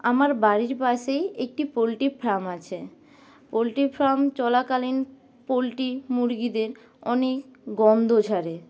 আমার বাড়ির পাশেই একটি পোলট্রি ফার্ম আছে পোলট্রি ফার্ম চলাকালীন পোলট্রি মুরগীদের অনেক গন্ধ ছাড়ে